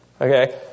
Okay